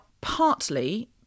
partly